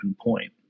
point